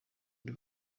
ari